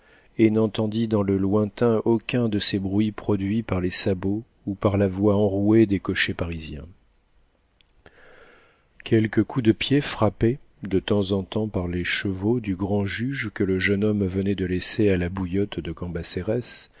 et n'entendit dans le lointain aucun de ces bruits produits par les sabots ou par la voix enrouée des cochers parisiens quelques coups de pied frappés de temps en temps par les chevaux du grand-juge que le jeune homme venait de laisser à la bouillotte de